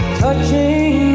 touching